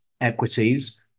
equities